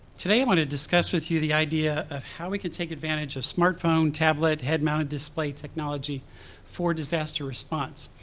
today i'm going to discuss with you the idea of how we can take advantage of smartphone, tablet, head-mounted display technology for disaster response.